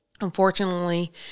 Unfortunately